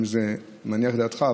אם זה מניח את דעתך.